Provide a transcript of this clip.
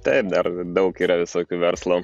taip dar daug yra visokių verslo